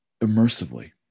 immersively